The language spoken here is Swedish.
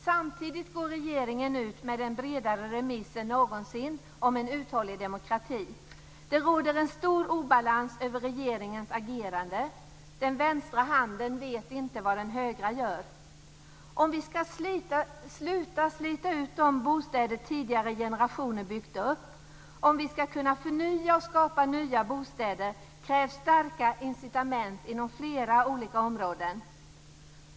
Samtidigt går regeringen ut med en bredare remiss än någonsin om en uthållig demokrati. Det råder en stor obalans i regeringens agerande - den vänstra handen vet inte vad den högra gör. Om vi ska sluta slita ut de bostäder tidigare generationer byggt upp och om vi ska kunna förnya och skapa nya bostäder, krävs starka incitament inom flera olika områden.